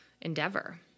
endeavor